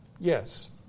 Yes